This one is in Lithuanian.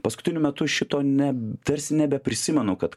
paskutiniu metu šito ne tarsi nebeprisimenu kad